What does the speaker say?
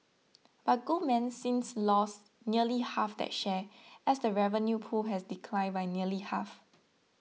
but Goldman since lost nearly half that share as the revenue pool has declined by nearly half